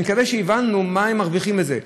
אני מקווה שהבנו מה הם מרוויחים מזה.